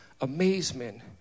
amazement